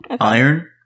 iron